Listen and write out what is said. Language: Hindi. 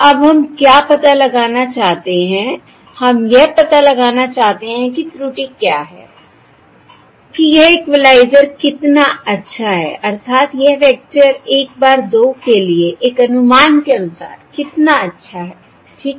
अब हम क्या पता लगाना चाहते हैं हम यह पता लगाना चाहते हैं कि त्रुटि क्या है कि यह इक्वलाइज़र कितना अच्छा है अर्थात यह वेक्टर 1 bar 2 के लिए एक अनुमान के अनुसार कितना अच्छा है ठीक है